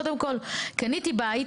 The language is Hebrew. קודם כל, קניתם בית.